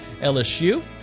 LSU